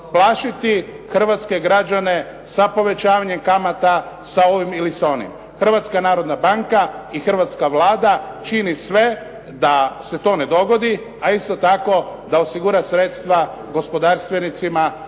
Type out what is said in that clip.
plašiti hrvatske građane sa povećanjem kamata, sa ovim ili s onim. Hrvatska narodna banka i hrvatska Vlada čini sve da se to ne dogodi, a isto tako da osigura sredstva gospodarstvenicima